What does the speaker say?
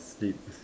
sleep